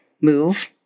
move